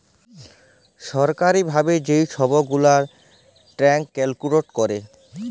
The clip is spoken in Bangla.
ছরকারি ভাবে যে ছব গুলা ট্যাক্স ক্যালকুলেট ক্যরে